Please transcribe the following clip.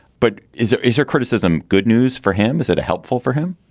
but is it is her criticism good news for him? is it a helpful for him?